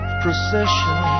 procession